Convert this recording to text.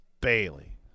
Bailey